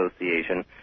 Association